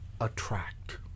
attract